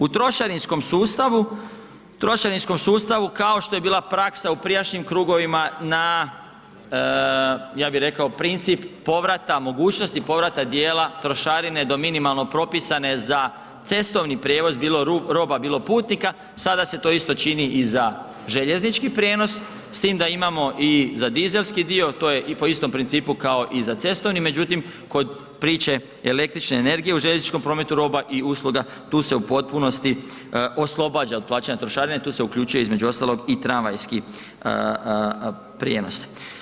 U trošarinskom sustavu, trošarinskom sustavu kao što je bila praksa u prijašnjim krugovima na, ja bih rekao, princip povrata mogućnosti povrata dijela trošarine do minimalno pripisane za cestovni prijevoz bilo roba, bilo putnika, sada se to isto čini i za željeznički prijenos, s tim da imamo i za dizelski dio, to je i po istom principu kao i za cestovni, međutim, kod priče električne energije u željezničkom prometu roba i usluga, tu se u potpunosti oslobađa od plaćanja trošarine, tu se uključuje između ostalog i tramvajski prijenos.